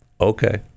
okay